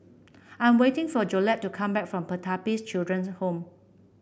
I'm waiting for Jolette to come back from Pertapis Children's Home